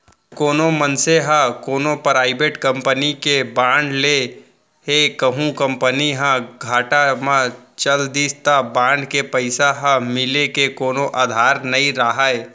कोनो मनसे ह कोनो पराइबेट कंपनी के बांड ले हे कहूं कंपनी ह घाटा म चल दिस त बांड के पइसा ह मिले के कोनो अधार नइ राहय